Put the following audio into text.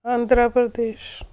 Andhra Pradesh